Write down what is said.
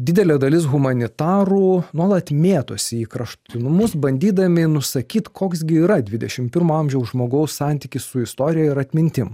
didelė dalis humanitarų nuolat mėtosi į kraštutinumus bandydami nusakyt koks gi yra dvidešim pirmo amžiaus žmogaus santykis su istorija ir atmintim